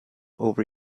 over